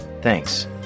Thanks